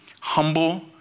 humble